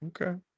Okay